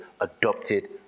adopted